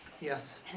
Yes